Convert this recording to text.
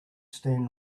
stand